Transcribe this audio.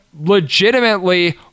legitimately